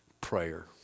Prayer